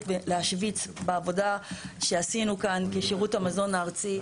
להשוויץ בעבודה שעשינו כאן כשירות המזון הארצי.